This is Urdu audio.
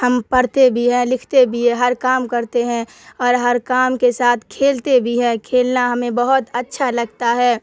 ہم پڑھتے بھی ہیں لکھتے بھی ہیں ہر کام کرتے ہیں اور ہر کام کے ساتھ کھیلتے بھی ہیں کھیلنا ہمیں بہت اچھا لگتا ہے